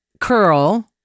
curl